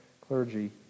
clergy